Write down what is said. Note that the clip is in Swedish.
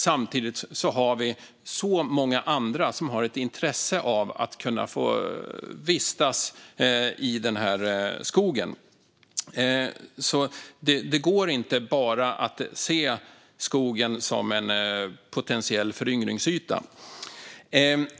Samtidigt har vi så många andra som har ett intresse av att kunna vistas i skogen. Det går inte att bara se skogen som en potentiell föryngringsyta.